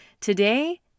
Today